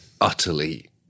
utterly